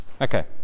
Okay